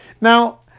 Now